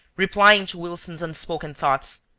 replying to wilson's unspoken thoughts.